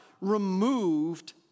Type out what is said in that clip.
removed